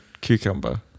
cucumber